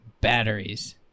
batteries